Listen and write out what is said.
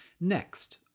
Next